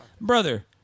brother